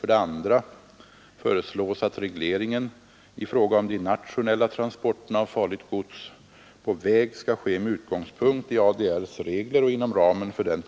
För det andra föreslås att regleringen i fråga om de nationella transporterna av farligt gods på väg skall ske med utgångspunkt i ADR:s regler och inom ramen för den